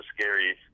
scary